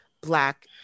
black